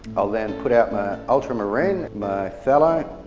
i'll then put out my ultramarine, my phthalo,